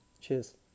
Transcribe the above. Cheers